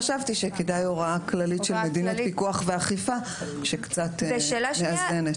חשבתי שכדאי הוראה כללית מדין הפיקוח והאכיפה שקצת מאזנת.